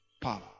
power